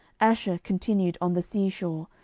asher continued on the sea shore,